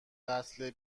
قتل